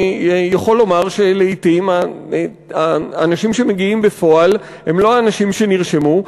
אני יכול לומר שלעתים האנשים שמגיעים בפועל הם לא האנשים שנרשמו.